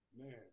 man